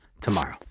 tomorrow